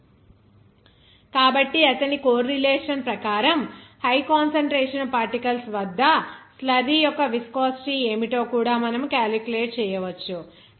l 2 కాబట్టి అతని correlation ప్రకారం హై కాన్సంట్రేషన్ పార్టికల్స్ వద్ద స్లర్రీ యొక్క విస్కోసిటీ ఏమిటో కూడా మనము క్యాలిక్యులేట్ చేయవచ్చు